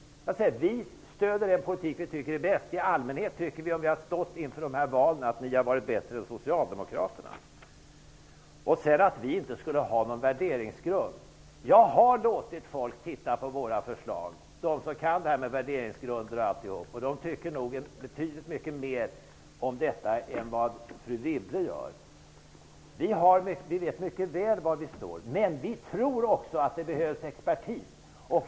Vi stöder den politik som vi tycker är bäst. När vi har stått inför olika val har vi i allmänhet tyckt att ni har varit bättre än När det sedan gäller att vi inte skulle ha någon värderingsgrund vill jag säga att jag har låtit folk som kan detta med värderingsgrunder att titta på våra förslag. De tycker nog betydligt mycket mer om detta än vad fru Wibble gör. Vi vet mycket väl var vi står, men vi tror också att det behövs expertis.